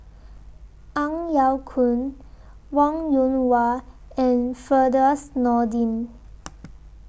Ang Yau Choon Wong Yoon Wah and Firdaus Nordin